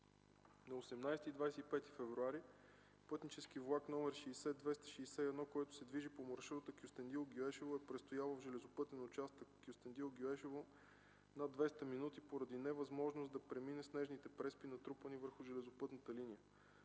На 18-25 февруари пътнически влак 060-261, който се движи по маршрута Кюстендил-Гюешево, е престоял в железопътния участък Кюстендил-Гюешево над 200 минути поради невъзможност да премине снежните преспи, натрупани върху железопътната линия.